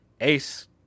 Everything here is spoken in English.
Ace